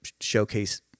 showcase